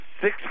six